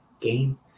game